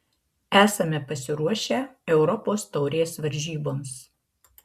esame pasiruošę europos taurės varžyboms